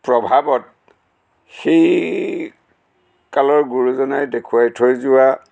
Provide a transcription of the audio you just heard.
প্ৰভাৱত সেই কালৰ গুৰুজনাই দেখুৱাই থৈ যোৱা